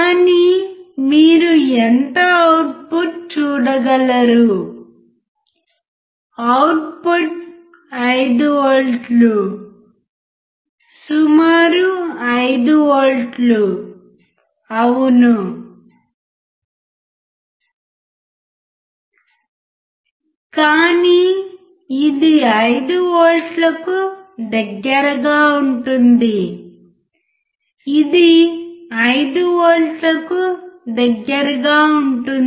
కానీ మీరు ఎంత అవుట్పుట్ చూడగలరు అవుట్పుట్ 5 వోల్ట్లు సుమారు 5 వోల్ట్లు అవును కానీ ఇది 5 వోల్ట్లకు దగ్గరగా ఉంటుంది ఇది 5 వోల్ట్లకు దగ్గరగా ఉంటుంది